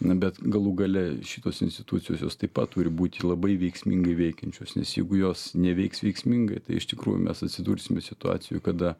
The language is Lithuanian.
na bet galų gale šitos institucijos jos taip pat turi būti labai veiksmingai veikiančios nes jeigu jos neveiks veiksmingai tai iš tikrųjų mes atsidursime situacijoj kada